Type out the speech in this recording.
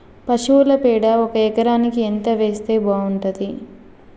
పశువుల పేడ ఒక ఎకరానికి ఎంత వేస్తే బాగుంటది?